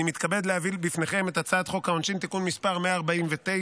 להביא בפניכם את הצעת חוק העונשין (תיקון מס' 149),